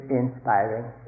inspiring